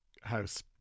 house